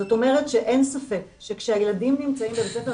זאת אומרת שאין ספק שכשהילדים נמצאים בבית ספר,